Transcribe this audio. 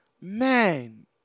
Man